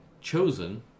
Chosen